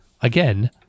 Again